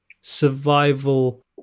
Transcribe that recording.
survival